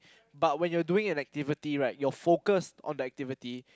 but when you're doing an activity right your focus on that activity